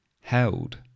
Held